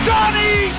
Johnny